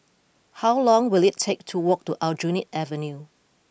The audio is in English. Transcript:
how long will it take to walk to Aljunied Avenue